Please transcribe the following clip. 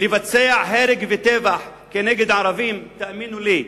לבצע הרג וטבח נגד ערבים, תאמינו לי,